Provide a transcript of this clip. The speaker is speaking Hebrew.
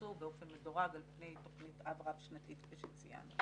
שיוקצו באופן מדורג על פני תוכנית אב רב-שנתית כפי שציינו.